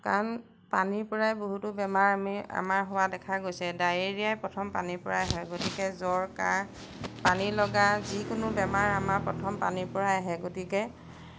কাৰণ পানীৰপৰাই বহুতো বেমাৰ আমি আমাৰ হোৱা দেখা গৈছে ডায়েৰিয়া প্ৰথম পানীৰপৰাই হয় গতিকে জ্বৰ কাহ পানী লগা যিকোনো বেমাৰ আমাৰ প্ৰথম পানীৰপৰাই আহে গতিকে